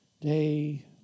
day